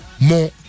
more